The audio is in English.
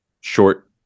short